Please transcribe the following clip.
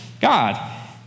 God